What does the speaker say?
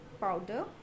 powder